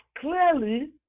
clearly